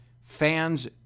fans